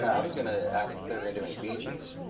i was gonna ask if they were gonna do any bee gees.